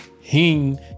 Hing